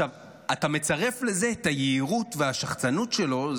אתה מצרף לזה את היהירות והשחצנות שלו,